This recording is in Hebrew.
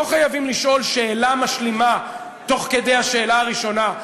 לא חייבים לשאול שאלה משלימה תוך כדי השאלה הראשונה,